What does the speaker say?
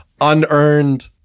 unearned